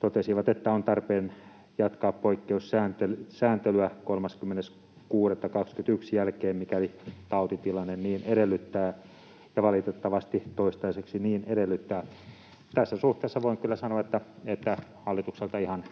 totesivat, että on tarpeen jatkaa poikkeussääntelyä 30.6.21 jälkeen, mikäli tautitilanne niin edellyttää, ja valitettavasti se toistaiseksi niin edellyttää. Tässä suhteessa voin kyllä sanoa, että hallitukselta ihan